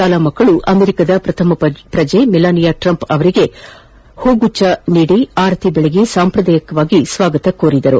ಶಾಲಾಮಕ್ಕಳು ಅಮೆರಿಕದ ಪ್ರಥಮ ಪ್ರಜೆ ಮೆಲಾನಿಯಾ ಟ್ರಂಪ್ ಅವರಿಗೆ ಹೂಗುಚ್ಚ ನೀದಿ ಆರತಿ ಬೆಳಗಿ ಸಾಂಪ್ರದಾಯಿಕ ಸ್ಲಾಗತ ಕೋರಿದರು